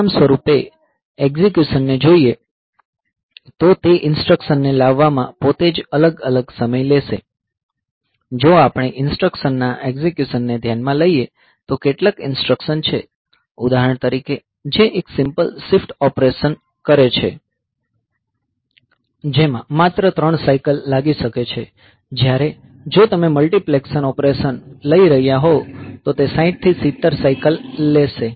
પરિણામ સ્વરૂપે એક્ઝીક્યુશન ને જોઈએ તો તે ઈન્સ્ટ્રકશનને લાવવામાં પોતે જ અલગ અલગ સમય લેશે જો આપણે ઈન્સ્ટ્રકશનના એક્ઝીક્યુશનને ધ્યાનમાં લઈએ તો કેટલીક ઈન્સ્ટ્રકશન છે ઉદાહરણ તરીકે જે એક સિમ્પલ શિફ્ટ ઑપરેશન કરે છે જેમાં માત્ર ત્રણ સાયકલ લાગી શકે છે જ્યારે જો તમે મલ્ટીપ્લીકેશન ઑપરેશન લઈ રહ્યાં હોવ તો તે 60 થી 70 સાયકલ લેશે